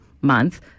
month